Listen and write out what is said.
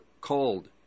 called